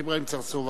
אברהים צרצור.